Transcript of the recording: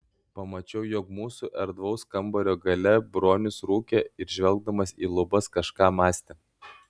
pamačiau jog mūsų erdvaus kambario gale bronius rūkė ir žvelgdamas į lubas kažką mąstė